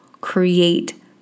create